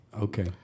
Okay